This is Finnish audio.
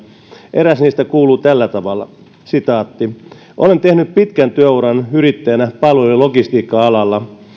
eräs niistä kuuluu tällä tavalla olen tehnyt pitkän työuran yrittäjänä palvelu ja logistiikka alalla